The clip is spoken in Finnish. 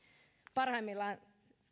parhaimmillaan